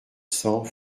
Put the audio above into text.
cents